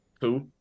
Two